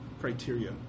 criteria